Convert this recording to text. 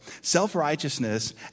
Self-righteousness